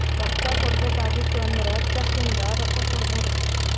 ರೊಕ್ಕಾ ಕೊಡ್ಬೇಕ ಆಗಿತ್ತು ಅಂದುರ್ ಚೆಕ್ ಇಂದ ರೊಕ್ಕಾ ಕೊಡ್ಬೋದು